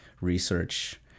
research